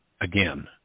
again